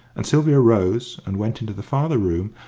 and sylvia rose and went into the farther room,